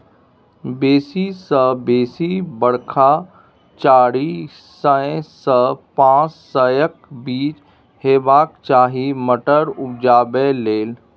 बेसी सँ बेसी बरखा चारि सय सँ पाँच सयक बीच हेबाक चाही मटर उपजाबै लेल